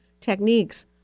techniques